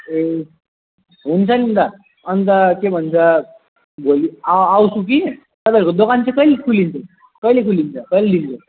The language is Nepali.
ए हुन्छ नि त अनि त के भन्छ भोलि आ आउँछु कि तपाईँहरूको दोकान चाहिँ कहिले खोलिन्छ कहिले खोलिन्छ कहिले देखिन्को